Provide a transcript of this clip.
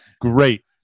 great